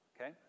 okay